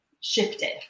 shifted